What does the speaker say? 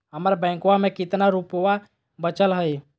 हमर बैंकवा में कितना रूपयवा बचल हई?